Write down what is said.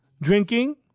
drinking